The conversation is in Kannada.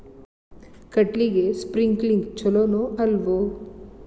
ಕಡ್ಲಿಗೆ ಸ್ಪ್ರಿಂಕ್ಲರ್ ಛಲೋನೋ ಅಲ್ವೋ?